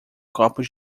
copos